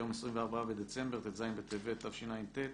היום 24 בדצמבר, ט"ז בטבת תשע"ט.